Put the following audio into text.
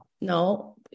no